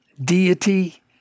deity